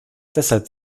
deshalb